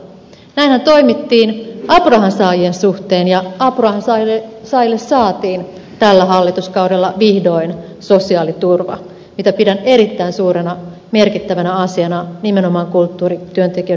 näinhän toimittiin apurahansaajien suhteen ja apurahansaajille saatiin tällä hallituskaudella vihdoin sosiaaliturva mitä pidän erittäin suurena merkittävänä asiana nimenomaan kulttuurityöntekijöiden kannalta